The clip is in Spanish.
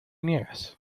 niegas